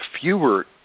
fewer